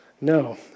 No